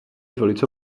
velice